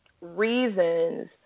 reasons